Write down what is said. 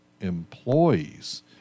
employees